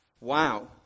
Wow